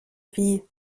fille